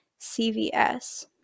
cvs